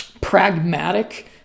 pragmatic